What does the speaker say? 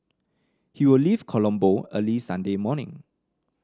he will leave Colombo early Sunday morning